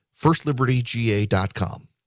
FirstLibertyGA.com